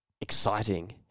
exciting